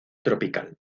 tropical